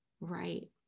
Right